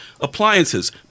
Appliances